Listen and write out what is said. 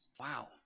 Wow